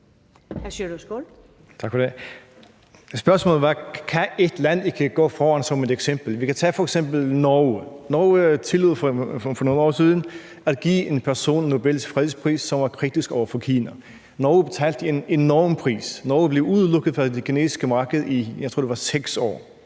Spørgsmålet var: Kan et land ikke gå foran som et eksempel? Vi kan f.eks. tage Norge. Norge tillod sig for nogle år siden at give en person, som var kritisk over for Kina, Nobels fredspris. Norge betalte en enorm pris. Norge blev udelukket fra det kinesiske marked i 6 år, tror jeg det var.